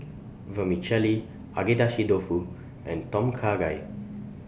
Vermicelli Agedashi Dofu and Tom Kha Gai